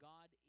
God